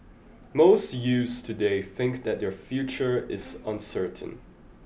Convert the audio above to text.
most youths today think that their future is uncertain